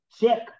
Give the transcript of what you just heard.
Check